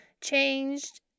changed